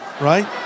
right